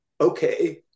Okay